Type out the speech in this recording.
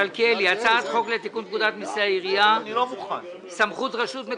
"הצעת חוק לתיקון פקודת מסי העירייה ומסי הממשלה (פטורין),